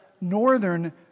northern